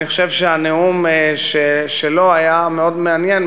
אני חושב שהנאום שלו היה מאוד מעניין,